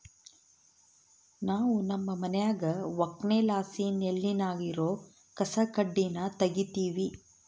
ನಾವು ನಮ್ಮ ಮನ್ಯಾಗ ಒಕ್ಕಣೆಲಾಸಿ ನೆಲ್ಲಿನಾಗ ಇರೋ ಕಸಕಡ್ಡಿನ ತಗೀತಿವಿ